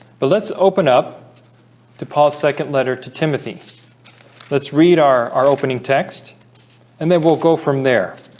but let's open up to paul's second letter to timothy let's read our our opening text and then we'll go from there